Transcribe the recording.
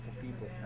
people